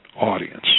audience